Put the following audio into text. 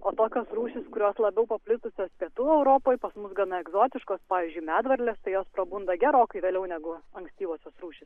o tokios rūšys labiau paplitusios pietų europoj pas mus gana egzotiškos pavyzdžiui medvarlės tai jos prabunda gerokai vėliau negu ankstyvosios rūšys